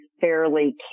fairly